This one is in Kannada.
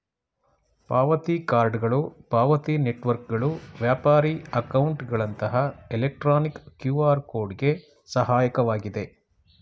ಪಾವತಿ ಕಾರ್ಡ್ಗಳು ಪಾವತಿ ನೆಟ್ವರ್ಕ್ಗಳು ವ್ಯಾಪಾರಿ ಅಕೌಂಟ್ಗಳಂತಹ ಎಲೆಕ್ಟ್ರಾನಿಕ್ ಕ್ಯೂಆರ್ ಕೋಡ್ ಗೆ ಸಹಾಯಕವಾಗಿದೆ